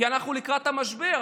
כי אנחנו לקראת המשבר.